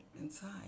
inside